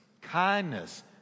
kindness